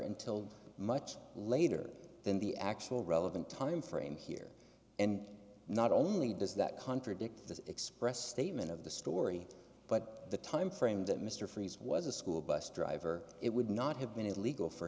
until much later than the actual relevant time frame here and not only does that contradict the expressed statement of the story but the time frame that mr freeze was a school bus driver it would not have been illegal for